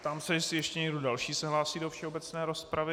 Ptám se, jestli ještě někdo další se hlásí do všeobecné rozpravy.